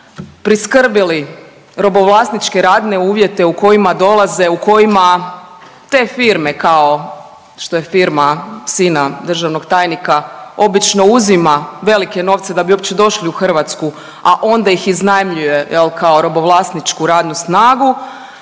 priskrbili robovlasničke radne uvjete u kojima dolaze u kojima te firme, kao što je firma sina državnog tajnika obično uzima velike novce da bi uopće došli u Hrvatsku, a onda ih iznajmljuje jel kao robovlasničku radnu snagu